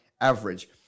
average